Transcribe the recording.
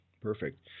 perfect